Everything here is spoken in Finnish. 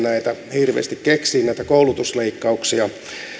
hirveästi itse keksiä näitä koulutusleikkauksia